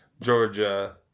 Georgia